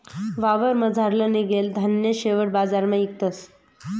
वावरमझारलं निंघेल धान्य शेवट बजारमा इकतस